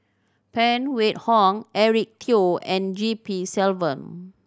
Phan Wait Hong Eric Teo and G P Selvam